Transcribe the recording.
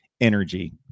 energy